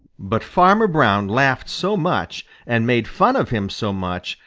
but farmer brown laughed so much and made fun of him so much,